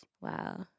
Wow